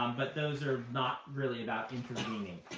um but those are not really about intervening.